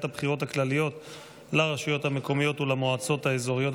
הבחירות הכלליות לרשויות המקומיות ולמועצות האזוריות,